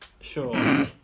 Sure